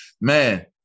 Man